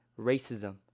racism